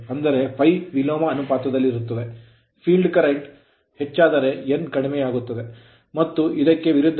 ಅಂದರೆ ∅ ವಿಲೋಮ ಅನುಪಾತದಲ್ಲಿ ರುತ್ತದೆ field current ಕ್ಷೇತ್ರ ಕರೆಂಟ್ ವು ಹೆಚ್ಚಾದರೆ n ಕಡಿಮೆಯಾಗುತ್ತದೆ ಮತ್ತು ಇದಕ್ಕೆ ವಿರುದ್ಧವಾಗಿ